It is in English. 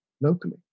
locally